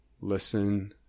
listen